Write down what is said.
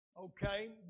Okay